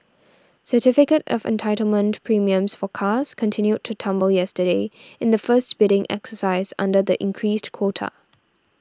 certificate of Entitlement premiums for cars continued to tumble yesterday in the first bidding exercise under the increased quota